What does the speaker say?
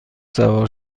سوار